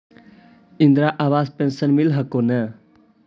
इन्द्रा आवास पेन्शन मिल हको ने?